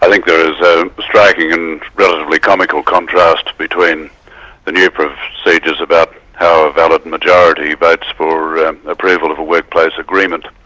ah think there is ah striking and relatively comical contrast between the new procedures about how a valid majority votes for approval of a workplace agreement.